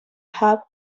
hub